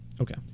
Okay